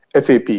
SAP